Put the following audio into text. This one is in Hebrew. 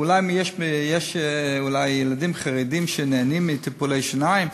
אולי יש ילדים חרדים שנהנים מטיפולי שיניים.